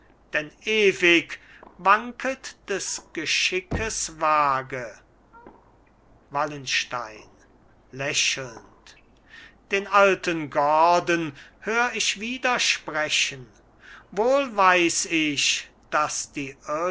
denn ewig wanket des geschickes waage wallenstein lächelnd den alten gordon hör ich wieder sprechen wohl weiß ich daß die